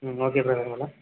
okay brother మళ్ళీ